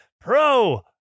pro